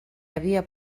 havia